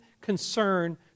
concern